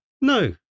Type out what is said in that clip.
No